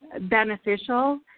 beneficial